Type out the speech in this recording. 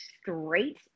straight